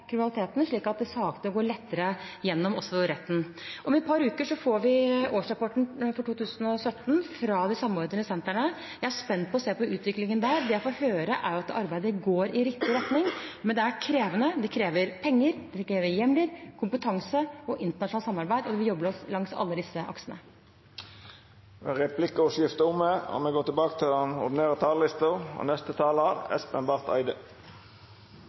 kriminaliteten, slik at saken går lettere gjennom også i retten. Om et par uker får vi årsrapporten for 2017 fra de samordnete sentrene. Jeg er spent på å se på utviklingen der. Det jeg får høre, er at arbeidet går i riktig retning, men det er krevende, det krever penger, hjemler, kompetanse og internasjonalt samarbeid. Vi jobber langs alle disse aksene. Replikkordskiftet er omme. Jeg vil også begynne med å gratulere Venstre, Fremskrittspartiet og Høyre med å ha funnet sammen i en ny regjering og